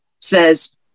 says